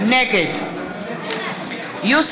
נגד יעל